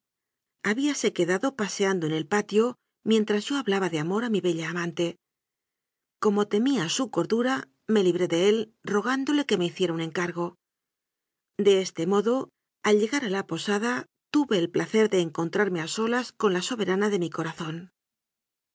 conversación habíase quedado paseando en el patio mientras yo hablaba de amor a mi bella amante como temía su cordura me libré de él rogándole que me hiciera un encargo de este modo al llegar a la posada tuve el placerde encontrame a solas con la soberana de mi